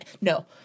no